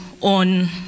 on